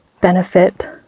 benefit